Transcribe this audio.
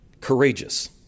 courageous